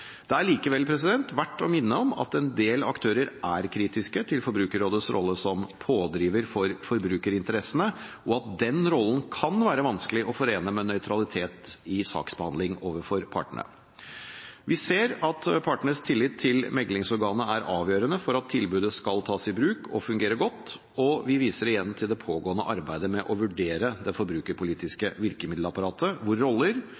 Det er likevel verdt å minne om at en del aktører er kritiske til Forbrukerrådets rolle som pådriver for forbrukerinteressene, og at den rollen kan være vanskelig å forene med nøytralitet i saksbehandling overfor partene. Vi ser at partenes tillit til meklingsorganet er avgjørende for at tilbudet skal tas i bruk og fungere godt, og vi viser igjen til det pågående arbeidet med å vurdere det forbrukerpolitiske virkemiddelapparatet, hvor roller,